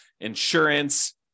insurance